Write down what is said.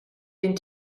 den